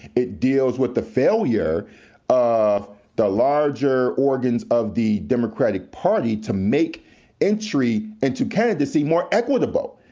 it deals with the failure of the larger organs of the democratic party to make entry into candidacy more equitable.